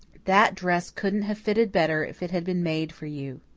that dress couldn't have fitted better if it had been made for you,